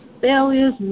failures